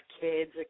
kids